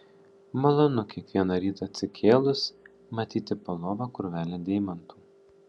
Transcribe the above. malonu kiekvieną rytą atsikėlus matyti po lova krūvelę deimantų